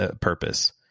purpose